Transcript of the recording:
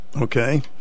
Okay